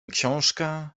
książkę